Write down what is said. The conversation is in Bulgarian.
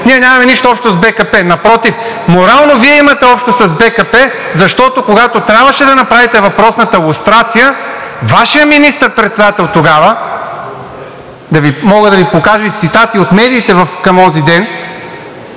Ние нямаме нищо общо с БКП, напротив, морално Вие имате общо с БКП, защото, когато трябваше да направите въпросната лустрация, Вашият министър-председател тогава, мога да Ви покажа и цитати от медиите към онзи ден,